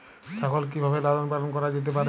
ছাগল কি ভাবে লালন পালন করা যেতে পারে?